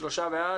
שלושה בעד.